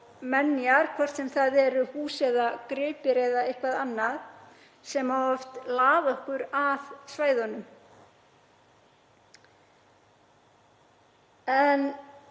minjar, hvort sem það eru hús, gripir eða eitthvað annað, sem oft laðar okkur að svæðunum. Í